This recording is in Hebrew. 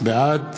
בעד